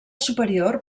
superior